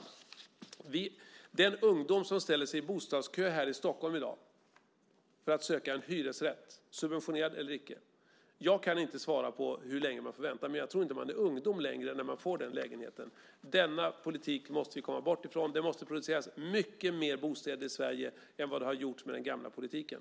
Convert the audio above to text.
Jag kan inte svara på hur länge en ung människa som ställer sig i bostadskö här i Stockholm i dag för att söka en hyresrätt, subventionerad eller icke, får vänta, men jag tror inte att man är ung längre när man får den lägenheten. Denna politik måste vi komma bort ifrån. Det måste produceras många fler bostäder i Sverige än vad det har gjorts med den gamla politiken.